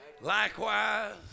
Likewise